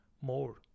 More